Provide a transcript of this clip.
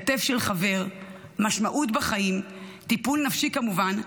כתף של חבר, משמעות בחיים, טיפול נפשי, כמובן,